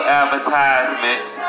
advertisements